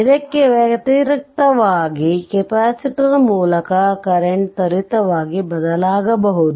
ಇದಕ್ಕೆ ವ್ಯತಿರಿಕ್ತವಾಗಿ ಕೆಪಾಸಿಟರ್ ಮೂಲಕ ಕರೆಂಟ್ ತ್ವರಿತವಾಗಿ ಬದಲಾಗಬಹುದು